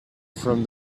from